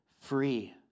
free